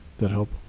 that help?